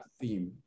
theme